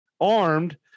armed